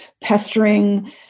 pestering